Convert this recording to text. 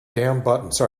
cheerfulness